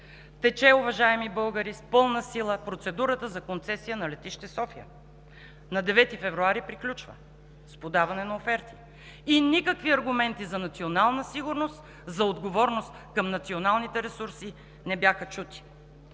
Тече, уважаеми българи, с пълна сила процедурата за концесия на летище София. На 9 февруари приключва с подаване на оферти. И никакви аргументи за национална сигурност, за отговорност към националните ресурси не бяха чути.